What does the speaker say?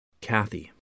Kathy